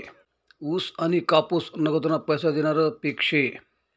ऊस आनी कापूस नगदना पैसा देनारं पिक शे